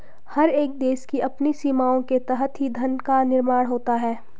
हर एक देश की अपनी सीमाओं के तहत ही धन का निर्माण होता है